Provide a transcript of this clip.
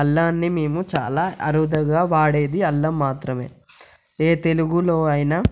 అల్లాన్ని మేము చాలా అరుదుగా వాడేది అల్లం మాత్రమే ఏ తెలుగులో అయినా